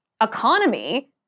economy